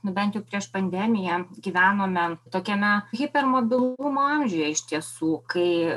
nu bent jau prieš pandemiją gyvenome tokiame hipermobilumo amžiuje iš tiesų kai